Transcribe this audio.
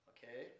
Okay